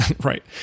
right